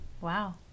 Wow